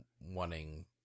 wanting